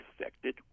affected